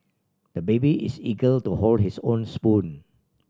the baby is eager to hold his own spoon